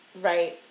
right